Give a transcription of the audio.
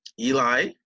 Eli